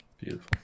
beautiful